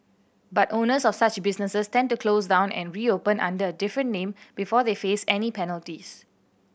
but owners of such businesses tend to close down and reopen under a different name before they face any penalties